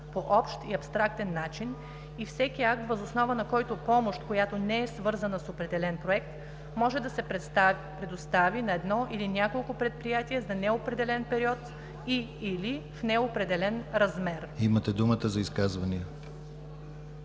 по общ и абстрактен начин, и всеки акт, въз основа на който помощ, която не е свързана с определен проект, може да се предостави на едно или няколко предприятия за неопределен период и/или в неопределен размер. ПРЕДСЕДАТЕЛ ДИМИТЪР